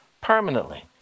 permanently